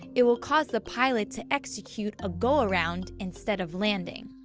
it will cause the pilot to execute a go-around instead of landing.